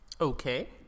Okay